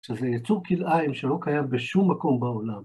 שזה ייצור כלאיים שלא קיים בשום מקום בעולם.